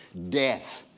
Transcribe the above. death,